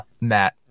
Matt